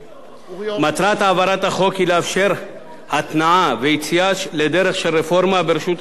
מטרת העברת החוק היא לאפשר יציאה לדרך של הרפורמה ברשות השידור,